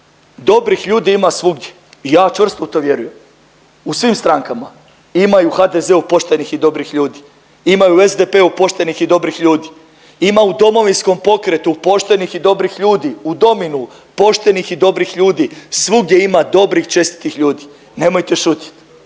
dobrih ljudi ima svugdje i ja čvrsto u to vjerujem. U svim strankama. Ima i u HDZ-u poštenih i dobrih ljudi, ima i u SDP-u poštenih i dobrih ljudi, ima u Domovinskom pokretu poštenih i dobrih ljudi, u Dominu poštenih i dobrih ljudi, svugdje ima dobrih i čestitih ljudi. Nemojte šutiti,